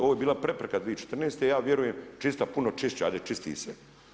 Ovo je bila prepreka 2014. i ja vjerujem čista, puno čišća, ajde čisti se.